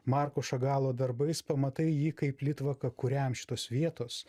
marko šagalo darbais pamatai jį kaip litvaką kuriam šitos vietos